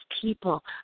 people